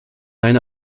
eine